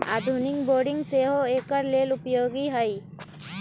आधुनिक बोरिंग सेहो एकर लेल उपयोगी है